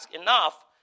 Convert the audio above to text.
enough